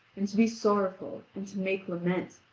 and to be sorrowful, and to make lament.